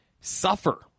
suffer